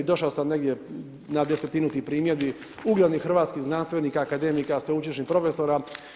Došao sam negdje na desetinu tih primjedbi uglednih hrvatskih znanstvenika, akademika, sveučilišnih profesora.